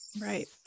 Right